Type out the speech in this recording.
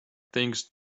things